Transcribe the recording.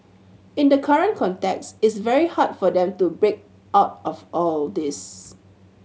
in the current context is very hard for them to break out of all this